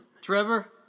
Trevor